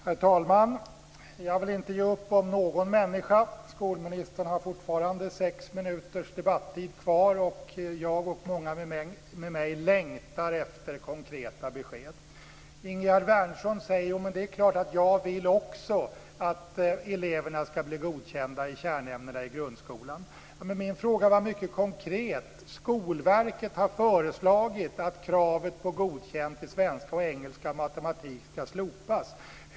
Herr talman! Jag vill inte ge upp hoppet om någon människa. Skolministern har fortfarande sex minuters debattid kvar. Jag och många med mig längtar efter konkreta besked. Ingegerd Wärnersson säger att det är klart att hon också vill att eleverna ska bli godkända i kärnämnena i grundskolan. Min fråga var mycket konkret. Skolverket har föreslagit att kravet på godkänt i svenska, engelska och matematik ska slopas.